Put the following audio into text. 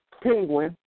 penguin